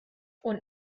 und